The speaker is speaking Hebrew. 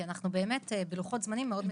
אנחנו באמת בלוחות זמנים מאוד מצומצמים.